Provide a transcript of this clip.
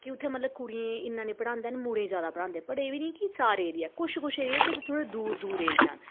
कि के उ'त्थें मतलब कुड़ियें ई इ'न्ना नेईं पढ़ांदे न मुड़े दी जादा पढ़ांदे पर एह् बी निं कि सारे एरिया कुछ कुछ एह् कि थोह्ड़ा दूर दूर एरिया न